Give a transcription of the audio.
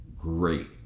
Great